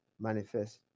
manifest